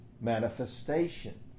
manifestation